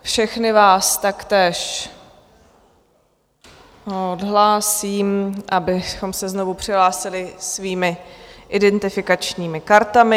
Všechny vás taktéž odhlásím, abychom se znovu přihlásili svými identifikačními kartami.